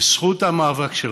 בזכות המאבק שלכם,